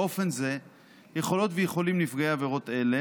באופן זה יכולות ויכולים נפגעי עבירות אלה